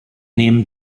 nehmen